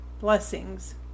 Blessings